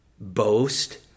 boast